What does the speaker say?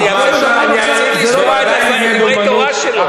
אני רוצה לשמוע את דברי התורה שלו.